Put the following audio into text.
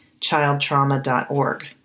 childtrauma.org